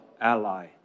ally